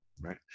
right